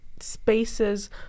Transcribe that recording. spaces